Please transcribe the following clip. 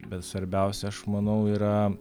bet svarbiausia aš manau yra